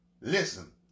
Listen